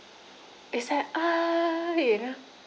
it's like ah you know